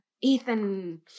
ethan